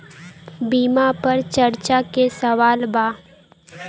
बीमा पर चर्चा के सवाल बा?